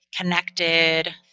connected